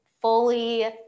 fully